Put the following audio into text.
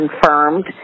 confirmed